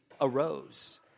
arose